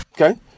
Okay